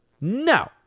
no